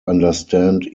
understand